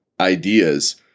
ideas